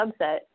subset